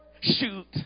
shoot